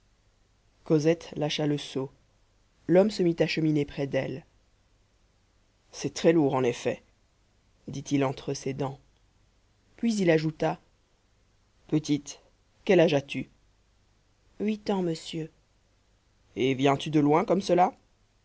cosette lâcha le seau l'homme se mit à cheminer près d'elle c'est très lourd en effet dit-il entre ses dents puis il ajouta petite quel âge as-tu huit ans monsieur et viens-tu de loin comme cela